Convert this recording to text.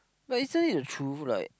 but isn't it the truth like